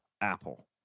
Apple